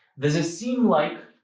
does it seem like